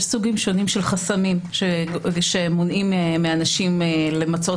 יש סוגים שונים של חסמים שמונעים מאנשים למצות